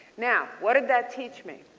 now, what did that teach me?